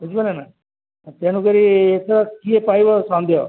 ବୁଝିପାଇଲେ ନା ତେଣୁକରି ଏ କିଏ ପାଇବ ସନ୍ଦେହ